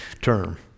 term